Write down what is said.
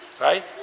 Right